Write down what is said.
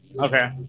Okay